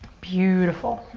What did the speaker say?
beautiful,